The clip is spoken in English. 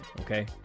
Okay